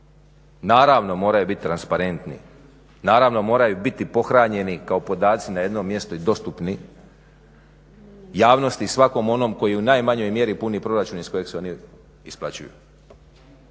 naravno moraju bit transparentni, naravno moraju biti pohranjeni kao podaci na jednom mjestu i dostupni javnosti i svakom onom koji u najmanjoj mjeri puni proračun iz kojeg se oni isplaćuju.